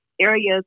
areas